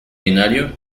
binario